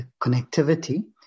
connectivity